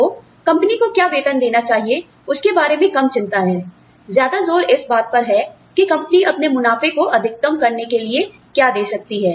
तो कंपनी को क्या वेतन देना चाहिए उसके बारे में कम चिंता है ज्यादा जोर इस बात पर है कि कंपनी अपने मुनाफे को अधिकतम करने के लिए क्या दे सकती है